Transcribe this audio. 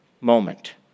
moment